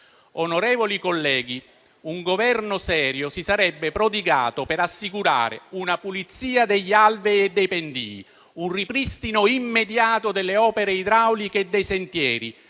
Onorevoli colleghi, un Governo serio si sarebbe prodigato per assicurare una pulizia degli alberi e dei pendii, un ripristino immediato delle opere idrauliche e dei sentieri,